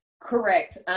correct